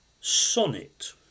Sonnet